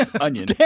Onion